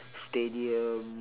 stadium